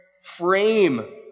frame